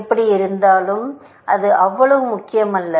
எப்படியிருந்தாலும் அது அவ்வளவு முக்கியமல்ல